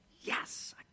yes